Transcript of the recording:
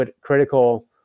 critical